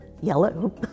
yellow